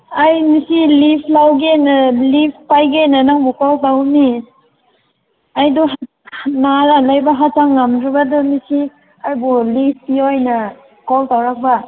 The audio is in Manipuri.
ꯑꯩ ꯅꯨꯄꯤ ꯂꯤꯐ ꯂꯧꯒꯦꯅ ꯂꯤꯐ ꯄꯥꯏꯒꯦꯅ ꯅꯪꯕꯨ ꯀꯣꯜ ꯇꯧꯕꯅꯤ ꯑꯩꯗꯣ ꯅꯥꯔ ꯂꯩꯕ ꯍꯛꯆꯥꯡ ꯉꯝꯗ꯭ꯔꯕ ꯑꯗꯣ ꯉꯁꯤ ꯑꯩꯕꯨ ꯂꯤꯐ ꯄꯤꯌꯣ ꯍꯥꯏꯅ ꯀꯣꯜ ꯇꯧꯔꯛꯄ